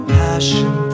passion